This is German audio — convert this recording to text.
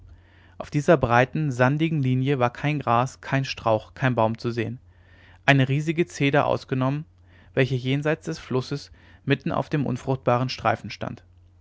auf dieser breiten sandigen linie war kein gras kein strauch kein baum zu sehen eine riesige zeder ausgenommen welche jenseits des flusses mitten auf dem unfruchtbaren streifen stand